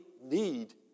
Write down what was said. need